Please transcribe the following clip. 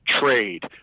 trade